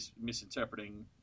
misinterpreting